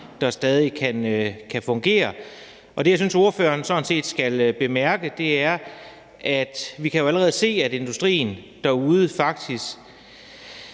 der stadig kan fungere, og det, jeg synes ordføreren sådan set skal bemærke, er, at vi jo allerede kan se, at industrien derude faktisk